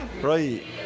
Right